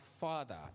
Father